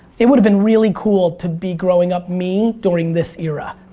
it would've been really cool to be growing up me during this era.